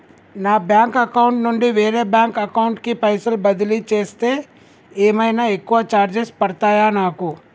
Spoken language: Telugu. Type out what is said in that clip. నా బ్యాంక్ అకౌంట్ నుండి వేరే బ్యాంక్ అకౌంట్ కి పైసల్ బదిలీ చేస్తే ఏమైనా ఎక్కువ చార్జెస్ పడ్తయా నాకు?